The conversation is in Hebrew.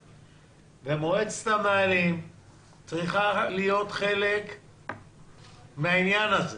מועצת המנהלים צריכה להיות חלק מן העניין הזה.